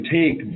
take